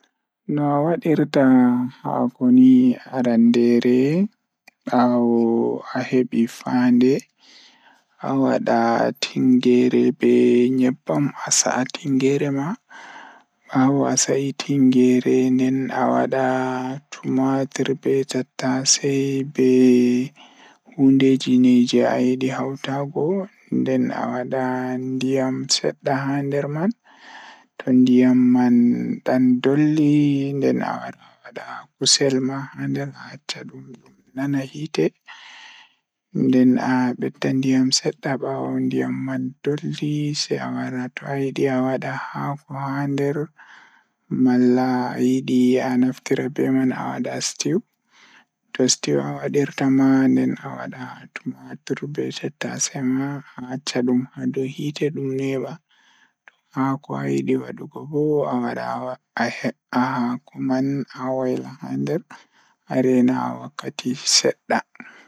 Ɗum waɗa supu ɗiɗɗo, njahɗu waɗaɗo ndiyam e ngaddam. Poɗɗi waɗaɗo oila rewtiɗo e puccu ngam rewɓe waɗata coɓtaade. Njahaɗo bihinje kala rewɓe waɗata rewɓe njiyata ngal rewɓe haɗe ngal rewɓe haɗe ngal. Haɗɗo mbuuki rewɓe haɗi ngal rewɓe